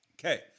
Okay